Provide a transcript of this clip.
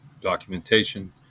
documentation